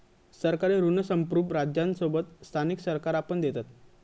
सरकारी ऋण संप्रुभ राज्यांसोबत स्थानिक सरकारा पण देतत